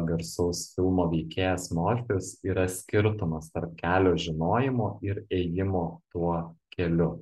garsaus filmo veikėjas morfijus yra skirtumas tarp kelio žinojimo ir įėjimo tuo keliu